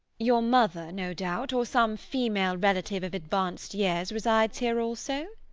your mother, no doubt, or some female relative of advanced years, resides here also?